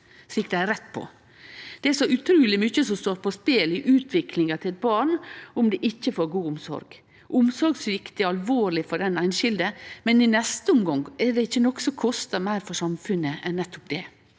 Det er så utruleg mykje som står på spel i utviklinga til eit barn om det ikkje får god omsorg. Omsorgssvikt er alvorleg for den einskilde, men i neste omgang er det ikkje noko som kostar meir for samfunnet enn nettopp det.